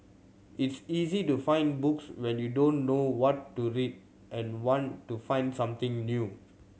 it's easy to find books when you don't know what to read and want to find something new